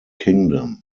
kingdom